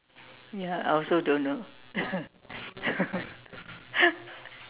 ya I also don't know